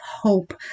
hope